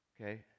okay